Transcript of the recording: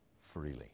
freely